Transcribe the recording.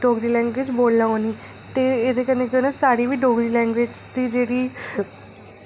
Dogri language बोलना औनी ते एह्दे कन्नै केह् होना साढ़ी बी डोगरी लैंग्वेज़ दी जेह्ड़ी